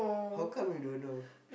how come you don't know